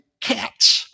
cats